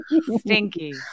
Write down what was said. stinky